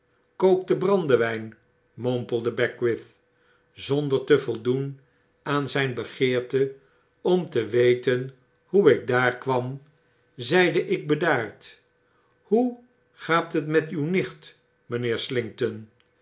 kook den brandewijn mompelde beckwith zonder te voldoen aan zyn begeerte om te weten hoe ik daar kwam zeide ik bedaard hoe gaat het met uw nicht mynheer slinkton